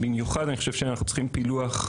במיוחד, אני חושב שאנחנו צריכים פילוח,